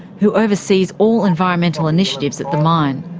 who oversees all environmental initiatives at the mine.